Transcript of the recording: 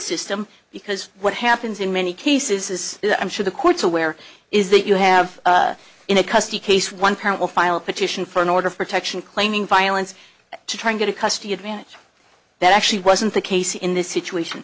system because what happens in many cases is i'm sure the courts aware is that you have in a custody case one parent will file a petition for an order of protection claiming violence to try to get a custody advantage that actually wasn't the case in this situation